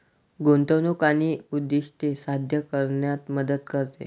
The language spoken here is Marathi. गुंतवणूक आर्थिक उद्दिष्टे साध्य करण्यात मदत करते